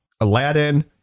Aladdin